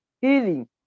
healing